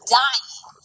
dying